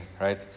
right